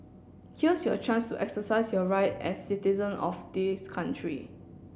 here's your chance to exercise your right as citizen of this country